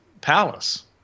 palace